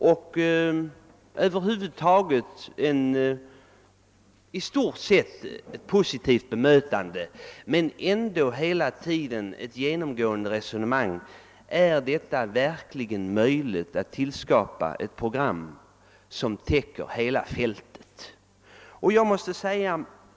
I stort sett fick vi ett positivt bemötande men genomgående ställdes vi hela tiden inför frågan: Är det verkligen möjligt att skapa ett program som täcker hela fältet?